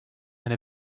and